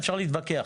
אפשר להתווכח,